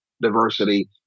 diversity